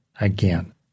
again